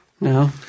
No